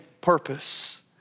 purpose